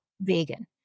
vegan